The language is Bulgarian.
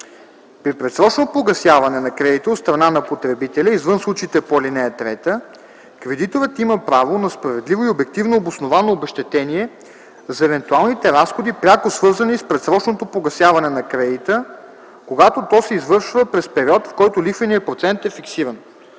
При предсрочно погасяване на кредита от страна на потребителя извън случаите по ал. 3 кредиторът има право на справедливо и обективно обосновано обезщетение за евентуалните разходи, пряко свързани с предсрочното погасяване на кредита, когато то се извършва през период, в който лихвеният процент е фиксиран.